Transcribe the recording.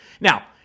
Now